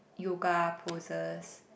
yoga poses